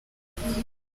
ubutabera